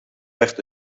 werd